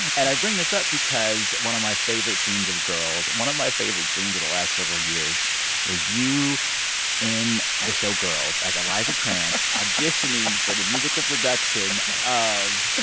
and i bring this up because one of my favorite scenes of girls, one of my favorite scenes of the last several years was you in the show girls as elijah krantz. auditioning for the musical production of.